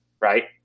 right